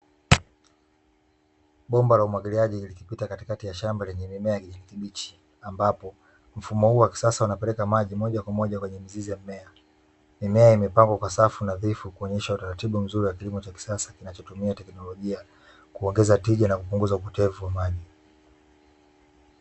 Bomba la umwagiliaji likipita katikati ya shamba lenye mimea ya kijani kibichi ambapo mfumo huu wa kisasa unapeleka maji moja kwa moja kwenye mizizi ya mmea. Mimea amepangwa kwa safu nadhifu kuonyesha utaratibu mzuri wa kilimo cha kisasa kinachotumia teknolojia kuongeza tija na kupunguza upotevu wa maji.